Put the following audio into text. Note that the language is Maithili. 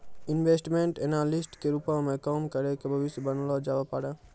इन्वेस्टमेंट एनालिस्ट के रूपो मे काम करि के भविष्य बनैलो जाबै पाड़ै